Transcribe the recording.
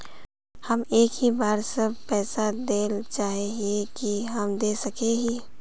हम एक ही बार सब पैसा देल चाहे हिये की हम दे सके हीये?